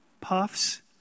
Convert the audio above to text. Puffs